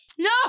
No